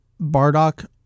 Bardock